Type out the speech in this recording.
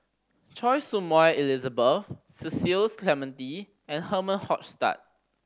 Choy Su Moi Elizabeth Cecil Clementi and Herman Hochstadt